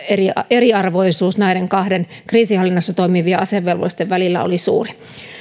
eriarvoisuus näiden kahden kriisinhallinnassa toimivien ja asevelvollisten välillä oli suuri